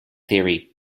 theory